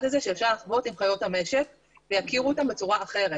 הזה שאפשר לחוות עם חיות המשק ויכירו אותם בצורה אחרת,